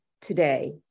today